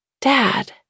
Dad